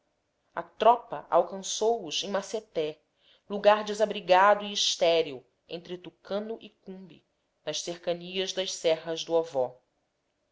a tropa alcançou os em massete lugar desabrigado e estéril entre tucano e cumbe nas cercanias das serras do ovó